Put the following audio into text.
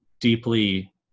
deeply